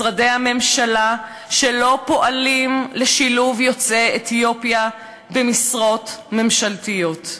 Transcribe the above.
משרדי הממשלה שלא פועלים לשילוב יוצאי אתיופיה במשרות ממשלתיות.